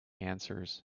answers